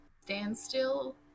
standstill